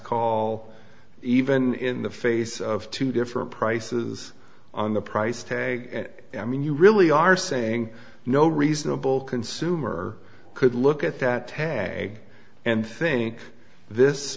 call even in the face of two different prices on the price tag i mean you really are saying no reasonable consumer could look at that tag and think this